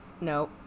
no